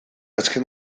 azken